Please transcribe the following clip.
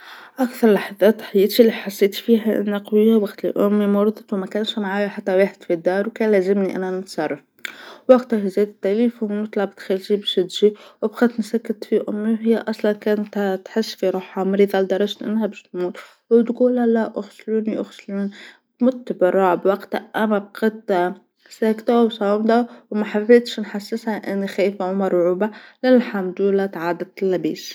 أكثر لحظات حياتى اللى حسيت فيها إنى قوية وقت اللى أمى مرضت ومكانش معايا حدا واحد في الدار وكان لازمنى أنا نتصرف، وقتها جات بالي ثم طلبت خالتي باش تجي وبقيت نساكت في أمى وهى أصلا كانت تحس في روحها مريضة لدرجة أنها باش تموت وتقول لها اغسلوني-اغسلونى مت بالرعب وقتها أنا بقيت ساكتة وصامدة وما حبيتش نحسسها إني خايفة وعوبة الحمد لله تعدت لا بيش.